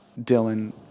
Dylan